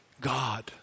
God